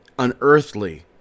unearthly